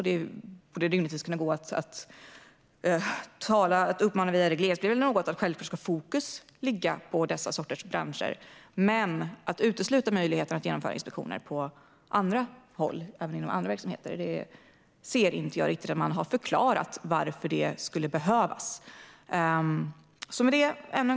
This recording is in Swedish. Det borde rimligtvis kunna gå att via regleringsbrev eller något uppmana till att fokus självklart ska ligga på dessa sorters branscher, men jag ser inte riktigt att man har förklarat varför en uteslutning av möjligheten att genomföra inspektioner på andra håll och inom andra verksamheter skulle behövas. Fru talman!